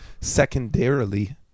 secondarily